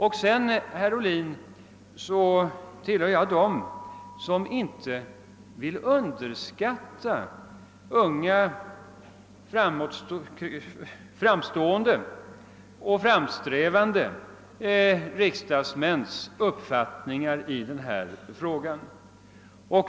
Jag tillhör inte, herr Ohlin, dem som vill underskatta unga framstående och framåtsträvande riksdagsmäns uppfattningar i den här frågan.